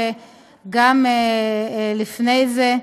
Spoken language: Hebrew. לפני זה,